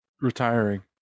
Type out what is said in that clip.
retiring